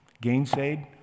gainsaid